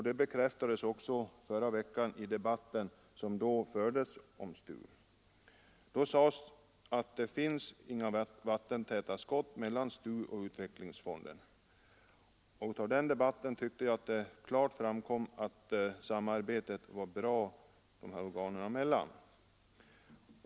Detta bekräftades i den debatt som förra veckan fördes om STU. Det sades att det finns inga vattentäta skott mellan STU och utvecklingsfonden. Jag tycker att det av debatten klart framkom att samarbetet var bra de här organen emellan.